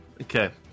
Okay